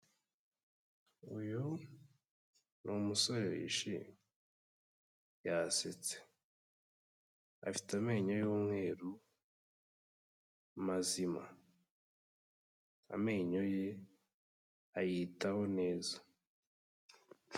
Uyu ni umusore wishimye yasetse, afite amenyo y'umweru mazima, amenyo ye ayitaho neza.